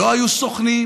לא היו סוכנים,